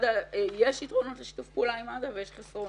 ויש יתרונות לשיתוף פעולה עם מד"א ויש חסרונות.